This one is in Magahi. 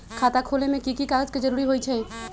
खाता खोले में कि की कागज के जरूरी होई छइ?